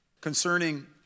concerning